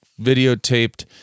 videotaped